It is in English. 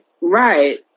right